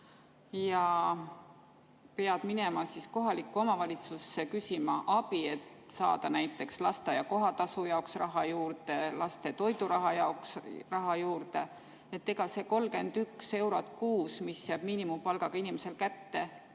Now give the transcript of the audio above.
ja pead minema kohalikku omavalitsusse abi küsima, et saada näiteks lasteaia kohatasu jaoks raha juurde, laste toiduraha jaoks raha juurde. See 31 eurot kuus, mis jääb miinimumpalgaga inimesel kätte,